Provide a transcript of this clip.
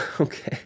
Okay